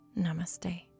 Namaste